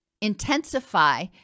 intensify